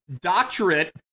doctorate